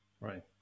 Right